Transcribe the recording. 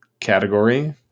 category